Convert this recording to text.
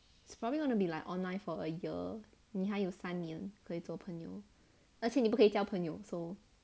it's probably gonna be like online for a year 你还有三年可以做朋友而且你不可以交朋友 so